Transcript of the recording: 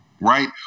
Right